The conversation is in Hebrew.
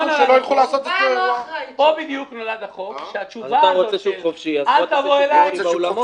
שלא יעשו אצלו אירוע.